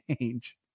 change